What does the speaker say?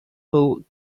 colored